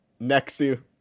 Nexu